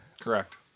correct